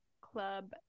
Club